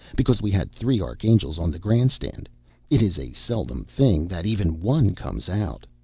because we had three archangels on the grand stand it is a seldom thing that even one comes out.